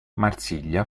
marsiglia